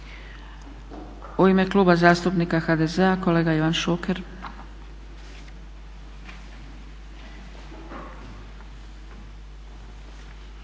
U ime Kluba zastupnika HDZ-a kolega Ivan Šuker.